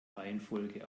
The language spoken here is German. reihenfolge